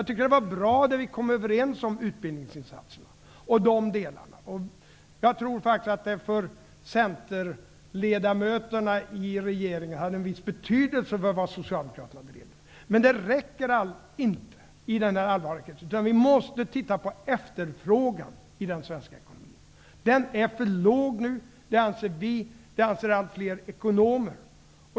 De utbildningsinsatser vi kom överens om var bra. Jag tror att det för centerledamöterna i regeringen hade en viss betydelse att Socialdemokraterna drev detta. Men det räcker inte i denna allvarliga situation. Vi måste se på efterfrågan i den svenska ekonomin. Den är för låg. Det anser vi, och det anser allt fler ekonomer.